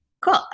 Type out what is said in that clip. cool